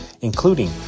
including